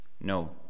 No